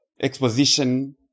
Exposition